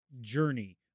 journey